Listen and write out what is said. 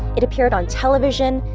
it appeared on television,